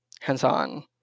hands-on